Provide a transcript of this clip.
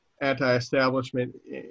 anti-establishment